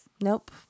nope